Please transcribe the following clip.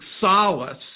solace